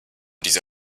diese